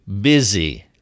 busy